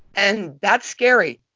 and that's scary,